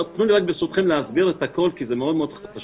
תנו לי להסביר את הכול כי זה מאוד מאוד חשוב.